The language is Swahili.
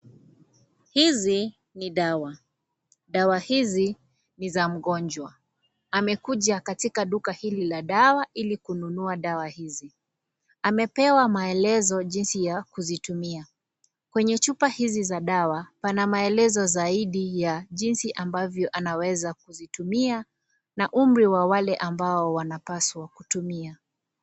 Hizi ni dawa. Dawa hizi ni za mgonjwa. Amekuja katika duka hili la dawa ili kununua dawa hizi. Amepewa maelezo jinsi ya kuzitumia. Kwenye chupa hizi za dawa, pana maelezo zaidi ya jinsi ambavyo anaweza kuzitumia na umri wa wale ambao wanapaswa kutumia.